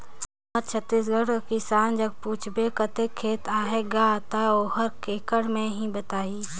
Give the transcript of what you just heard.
हमर छत्तीसगढ़ कर किसान जग पूछबे कतेक खेत अहे गा, ता ओहर एकड़ में ही बताही